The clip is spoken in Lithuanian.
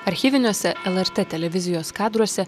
archyviniuose lrt televizijos kadruose